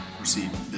receive